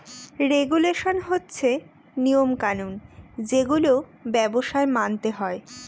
regulation হচ্ছে নিয়ম কানুন যেগুলো ব্যবসায় মানতে হয়